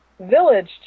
Village